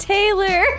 Taylor